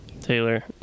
Taylor